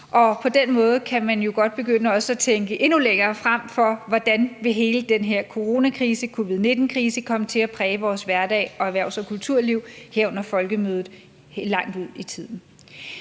På den måde kan man jo godt begynde også at tænke endnu længere frem, i forhold til hvordan hele den her coronakrise, covid-19-krise, vil komme til at præge vores hverdag og erhvervs- og kulturliv, herunder Folkemødet, langt ud i tiden.